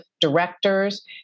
directors